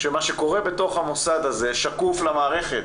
מה שקורה בתוך המוסד הזה שקוף למערכת.